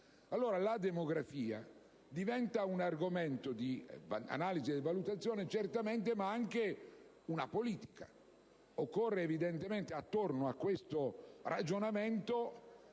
Allora, la demografia diventa un argomento di analisi e valutazione certamente, ma anche una politica. Occorre evidentemente, sia da parte